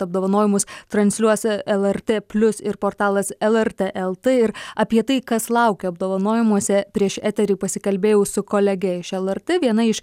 apdovanojimus transliuos lrt plius ir portalas lrt lt ir apie tai kas laukia apdovanojimuose prieš eterį pasikalbėjau su kolege iš lrt viena iš